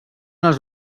els